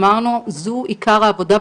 אמרנו שזו עיקר העבודה.